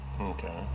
Okay